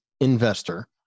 investor